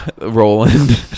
roland